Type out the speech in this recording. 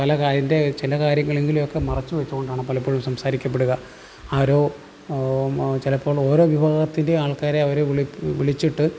പല അതിൻ്റെ ചില കാര്യങ്ങൾ എങ്കിലും ഒക്കെ മറച്ചു വെച്ച് കൊണ്ടാണ് പലപ്പോഴും സംസാരിക്കപ്പെടുക ആരോ ചിലപ്പോൾ ഓരോ വിഭാഗത്തിൻ്റെയും ആൾക്കാരെ അവരെ വിളി വിളിച്ചിട്ട്